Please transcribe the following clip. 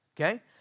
okay